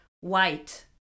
white